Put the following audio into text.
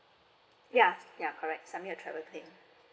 yea yea correct submit a travel plan